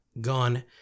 gone